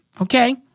Okay